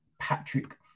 Patrick